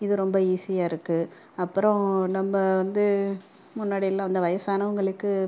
இது ரொம்ப ஈஸியாக இருக்குது அப்புறம் நம்ம வந்து முன்னாடியெல்லாம் வந்து வயதானவங்களுக்கு